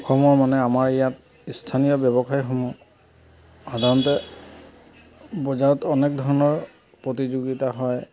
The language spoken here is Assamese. অসমৰ মানে আমাৰ ইয়াত স্থানীয় ব্যৱসায়সমূহ সাধাৰণতে বজাৰত অনেক ধৰণৰ প্ৰতিযোগিতা হয়